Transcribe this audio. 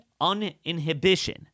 uninhibition